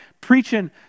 preaching